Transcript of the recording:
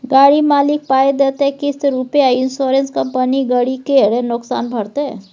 गाड़ी मालिक पाइ देतै किस्त रुपे आ इंश्योरेंस कंपनी गरी केर नोकसान भरतै